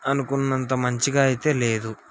అనుకున్నంత మంచిగా అయితే లేదు